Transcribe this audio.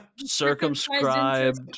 Circumscribed